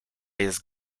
jest